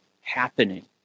happening